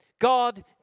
God